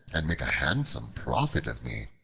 and make a handsome profit of me.